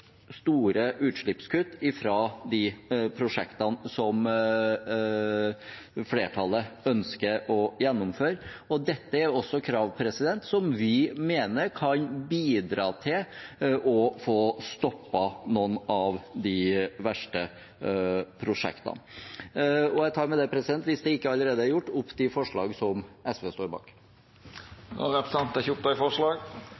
store utslippskutt fra de prosjektene som flertallet ønsker å gjennomføre. Dette er også krav som vi mener kan bidra til å få stoppet noen av de verste prosjektene. Jeg tar med det opp det forslaget som SV er en del av. Då har representanten Lars Haltbrekken teke opp